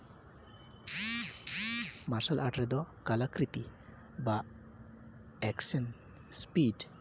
ᱢᱟᱨᱥᱟᱞ ᱟᱨᱴᱥ ᱨᱮᱫᱚ ᱠᱟᱞᱟ ᱠᱨᱤᱛᱤ ᱵᱟ ᱮᱠᱥᱮᱱ ᱤᱥᱯᱤᱰ